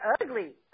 ugly